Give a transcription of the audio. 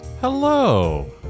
Hello